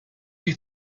you